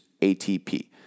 ATP